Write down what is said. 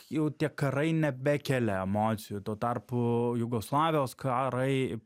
jau tie karai nebekelia emocijų tuo tarpu jugoslavijos karai